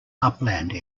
upland